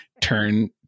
turn